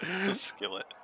Skillet